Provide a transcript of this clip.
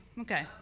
Okay